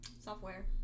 software